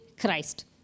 Christ